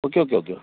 okay okay okay